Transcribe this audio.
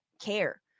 care